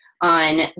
on